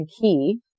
key